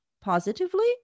positively